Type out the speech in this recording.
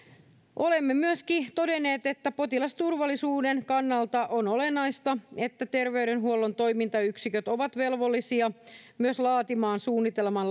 olemme myöskin todenneet että potilasturvallisuuden kannalta on olennaista että terveydenhuollon toimintayksiköt ovat velvollisia myös laatimaan suunnitelman